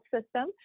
system